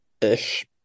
Ish